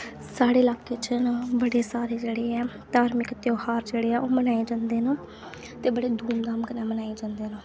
साढ़े लाके न बड़े सारे धार्मिक त्योहार जेहड़े ऐ ओह् मनाए जंदे न ते बड़े धूमधाम कन्नै जंदे न